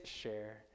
share